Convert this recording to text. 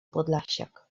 podlasiak